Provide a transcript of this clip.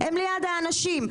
הם ליד האנשים,